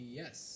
yes